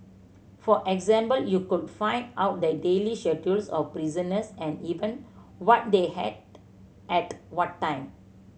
for example you could find out the daily of prisoners and even what they hat ate at what time